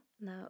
No